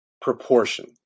proportion